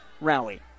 rally